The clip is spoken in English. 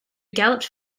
galloped